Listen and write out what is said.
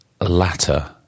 latter